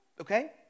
Okay